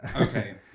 Okay